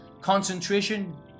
Concentration